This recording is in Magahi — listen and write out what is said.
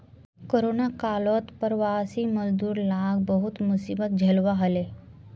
कोरोना कालत प्रवासी मजदूर लाक बहुत मुसीबत झेलवा हले